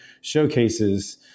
showcases